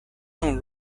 sont